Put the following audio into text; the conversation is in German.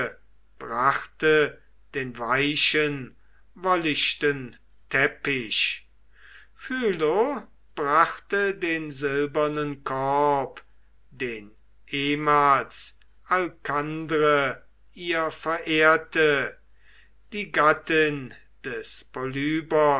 brachte den weichen wollichten teppich phylo brachte den silbernen korb den ehmals alkandre ihr verehrte die gattin des polybos